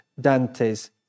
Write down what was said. Dante's